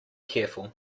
careful